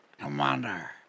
Commander